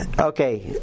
okay